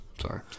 Sorry